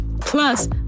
plus